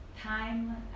time